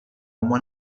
como